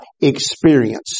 experience